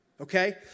okay